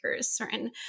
certain